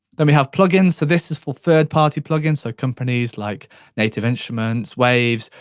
then we have plug-ins. so this is for third party plug-ins, so companies like native instruments, waves,